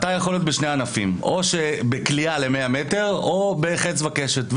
אתה יכול להיות בשני ענפים או בקליעה ל-100 מטרים או בחץ וקשת.